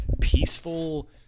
peaceful